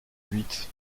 huit